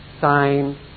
sign